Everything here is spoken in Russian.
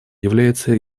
является